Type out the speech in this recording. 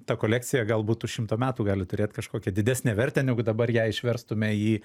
ta kolekcija galbūt už šimto metų gali turėt kažkokią didesnę vertę negu dabar ją išverstume į